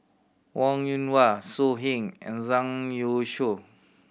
Wong Yoon Wah So Heng and Zhang Youshuo